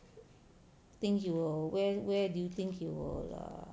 think you will where where do you think you will err